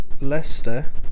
Leicester